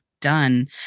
done